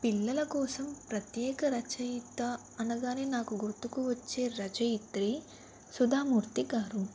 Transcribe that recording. పిల్లల కోసం ప్రత్యేక రచయిత అనగానే నాకు గుర్తుకు వచ్చే రచయిత్రి సుధామూర్తి గారు